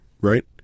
right